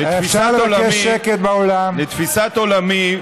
לתפיסת עולמי,